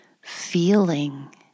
feeling